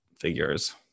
figures